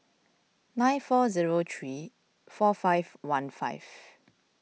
nine four zero three four five one five